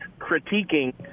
critiquing